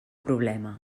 problema